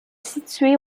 situé